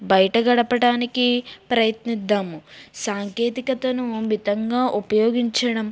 బయట గడపడానికి ప్రయత్నిదాము సాంకేతికతను మితంగా ఉపయోగించడం